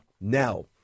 Now